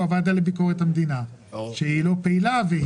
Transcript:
וזאת הוועדה לביקורת המדינה שהיא לא פעילה.